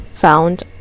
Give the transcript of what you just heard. found